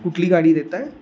कुठली गाडी देत आहे